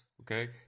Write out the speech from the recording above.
okay